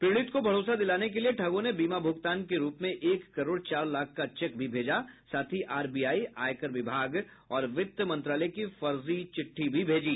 पीड़ित को भरोसा दिलाने के लिए ठगों ने बीमा भुगतान के रूप में एक करोड़ चार लाख का चेक भेजा साथ ही आरबीआई आयकर विभाग और वित्त मंत्रालय की फर्जी चिट्ठी भी भेज दी